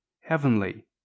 heavenly